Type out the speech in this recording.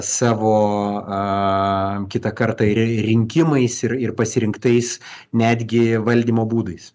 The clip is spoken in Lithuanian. savo aaa kitą kartą rinkimais ir ir pasirinktais netgi valdymo būdais